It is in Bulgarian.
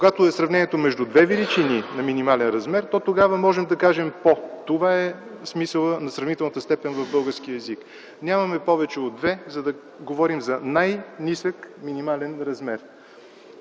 Когато има сравнение между две величини на минимален размер, то тогава можем да кажем „по-”. Такъв е смисълът на сравнителната степен в българския език. Няма повече от две, за да говорим за най-нисък минимален размер.